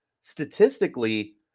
Statistically